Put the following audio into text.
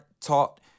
taught